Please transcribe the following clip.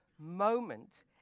moment